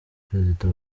perezida